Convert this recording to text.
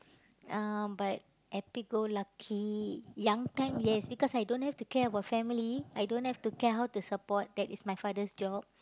uh but happy go lucky young time yes because I don't have to care about family I don't have to care how to support because that is my father job